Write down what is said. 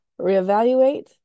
reevaluate